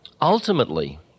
ultimately